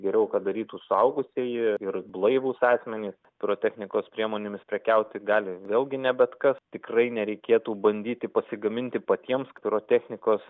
geriau kad darytų suaugusieji ir blaivūs asmenys pirotechnikos priemonėmis prekiauti gali vėlgi ne bet kas tikrai nereikėtų bandyti pasigaminti patiems pirotechnikos